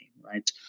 Right